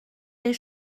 des